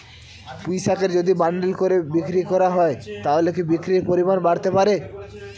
পুঁইশাকের যদি বান্ডিল করে বিক্রি করা হয় তাহলে কি বিক্রির পরিমাণ বাড়তে পারে?